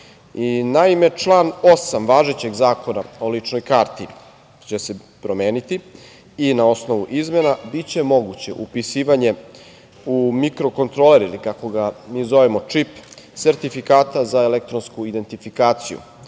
zakona. Član 8. važećeg Zakona o ličnoj karti će se promeniti i na osnovu izmena biće moguće upisivanje u mikro-kontroler ili, kako ga mi zovemo "čip" sertifikata za elektronsku identifikaciju.